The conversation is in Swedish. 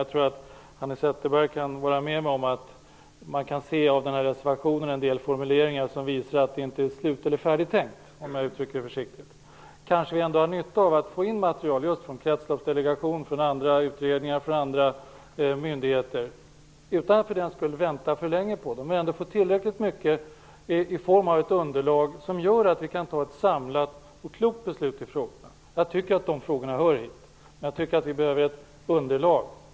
Jag tror att Hanna Zetterberg kan hålla med mig om att man i reservationen kan se en del formuleringar som visar att det inte är slut eller färdigtänkt, om jag uttrycker det försiktigt. Kanske har vi ändå nytta av att få in material just från kretsloppsdelegation och från andra utredningar och myndigheter, utan att vi för den skull skall vänta för länge. Får vi in tillräckligt mycket material i form av ett underlag gör det att vi kan fatta ett samlat och klokt beslut i frågorna. Jag tycker att de frågorna hör hit, men jag tycker att vi behöver ett underlag.